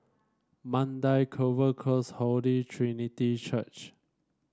Mandai Clover Close Holy Trinity Church